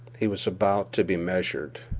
he was about to be measured.